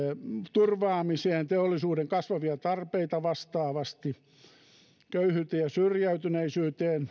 turvaamiseksi teollisuuden kasvavia tarpeita vastaavasti köyhyyden ja syrjäytyneisyyden